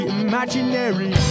imaginary